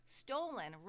stolen